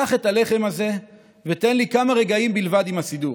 קח את הלחם הזה ותן לי כמה רגעים בלבד עם הסידור.